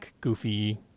goofy